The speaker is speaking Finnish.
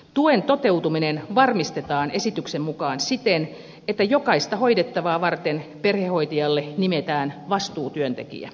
tuen toteutuminen varmistetaan esityksen mukaan siten että jokaista hoidettavaa varten perhehoitajalle nimetään vastuutyöntekijä